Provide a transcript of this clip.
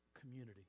Community